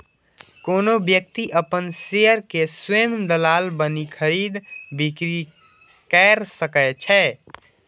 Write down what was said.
कोनो व्यक्ति अपन शेयर के स्वयं दलाल बनि खरीद, बिक्री कैर सकै छै